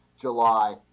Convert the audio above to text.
July